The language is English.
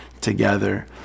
together